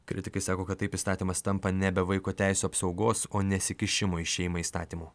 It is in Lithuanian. kritikai sako kad taip įstatymas tampa nebe vaiko teisių apsaugos o nesikišimo į šeimą įstatymu